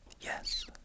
Yes